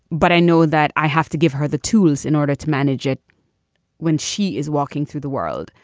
but i know that i have to give her the tools in order to manage it when she is walking through the world,